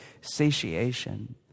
satiation